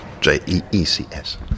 J-E-E-C-S